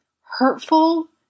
hurtful